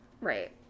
Right